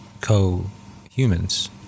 co-humans